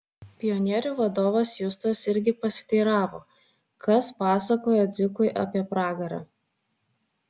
pionierių vadovas justas irgi pasiteiravo kas pasakojo dzikui apie pragarą